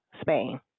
Spain